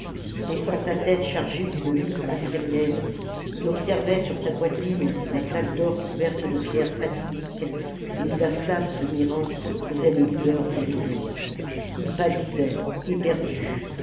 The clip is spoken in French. baissant sa tête chargée d'une mitre assyrienne il observait sur sa poitrine la plaque d'or couverte de pierres fatidiques et où la flamme se mirant faisait des lueurs irisées il pâlissait éperdu